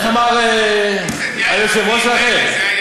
תודה רבה לך,